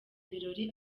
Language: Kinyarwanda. birori